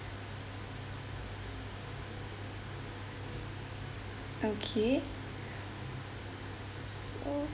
okay so